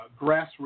grassroots